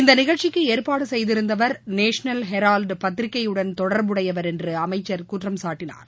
இந்த நிகழ்ச்சிக்கு ஏற்பாடு செய்திருந்தவர் நேஷனல் ஹெரால்டு பத்திரிக்கையுடன் தொடர்புடையவர் என்று அமைச்சர் குற்றம்சாட்டினார்